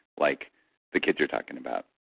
like the kids you're talking about.